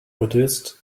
produced